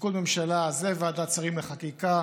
תפקוד ממשלה זה ועדת שרים לחקיקה,